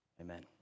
Amen